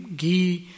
ghee